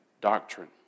doctrine